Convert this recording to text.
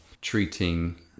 treating